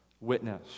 witness